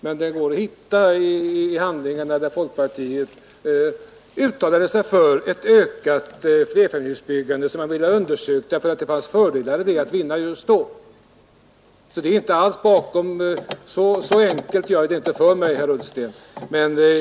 Men det går att hitta i handlingarna exempel på att folkpartiet uttalat sig för ett ökat flerfamiljshusbyggande som man ville ha undersökt för att det fanns fördelar att vinna genom det just då. Så enkelt gör jag det inte för mig, herr Ullsten.